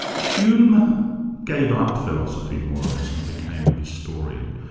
hume gave up philosophy more or less and became a historian.